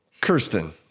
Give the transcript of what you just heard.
Kirsten